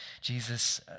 Jesus